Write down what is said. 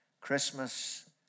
Christmas